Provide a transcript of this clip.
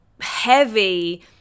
heavy